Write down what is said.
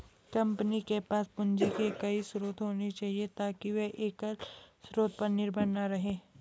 company के पास पूंजी के कई स्रोत होने चाहिए ताकि वे एकल स्रोत पर निर्भर न रहें